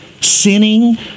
sinning